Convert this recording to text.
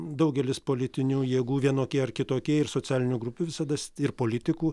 daugelis politinių jėgų vienokie ar kitokie ir socialinių grupių visada ir politikų